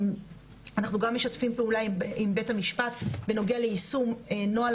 אנחנו גם משתפים פעולה עם בית המשפט בנוגע ליישום נוהל